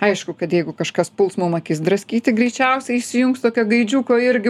aišku kad jeigu kažkas puls mum akis draskyti greičiausiai įsijungs tokia gaidžiuko irgi